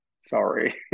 sorry